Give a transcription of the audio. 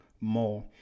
more